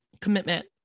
commitment